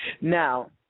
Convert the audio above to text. Now